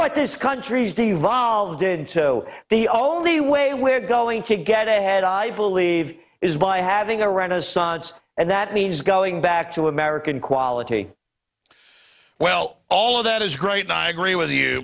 what this country's devolved into the only way we're going to get ahead i believe is by having a renaissance and that means going back to american quality well all of that is great i agree with you